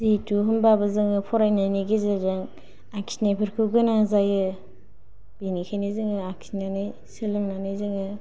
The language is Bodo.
जिहेथु होमबाबो जों फरायनायनि गेजेरजों आखिनायफोरखौ गोनां जायो बेनिखायनो जोङो आखिनानै सोलोंनानै जोङो